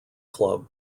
club